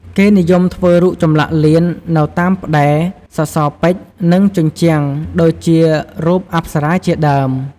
គេនិយមធ្វើរូបចម្លាក់លៀននៅតាមផ្តែរ សសរពេជ្រ និងជញ្ជាំង ដូចជារូបអប្បរាជាដើម។